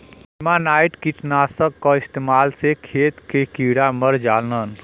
नेमानाइट कीटनाशक क इस्तेमाल से खेत के कीड़ा मर जालन